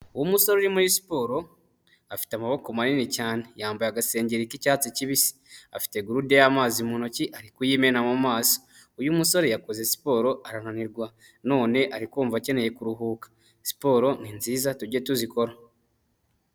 Umusore uri muri siporo afite amaboko manini cyane yambaye agasengero k'icyatsi kibisi, afite gurude y'amazi mu ntoki ari kuyimena mu maso, uyu musore yakoze siporo arananirwa none ari kumvamva akeneye kuruhuka. Siporo ni nziza tujye tuzikora.